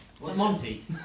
Monty